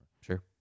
Sure